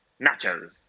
nachos